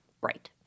Right